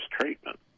treatment